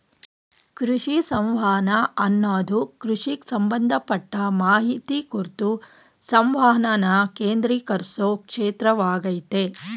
ಕೃಷಿ ಸಂವಹನ ಅನ್ನದು ಕೃಷಿಗ್ ಸಂಬಂಧಪಟ್ಟ ಮಾಹಿತಿ ಕುರ್ತು ಸಂವಹನನ ಕೇಂದ್ರೀಕರ್ಸೊ ಕ್ಷೇತ್ರವಾಗಯ್ತೆ